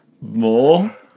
More